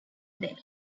then